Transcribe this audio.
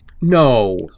No